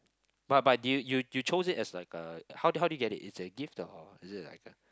but but did you you choose it as like a how did you how did you get it it's a gift or it is like a